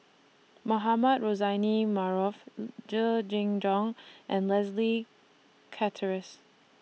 Mohamed Rozani Maarof Jenn Jong and Leslie Charteris